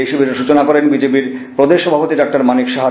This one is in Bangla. এই শিবিরের সচনা করেন বিজেপি র প্রদেশ সভাপতি ডাঃ মানিক সাহা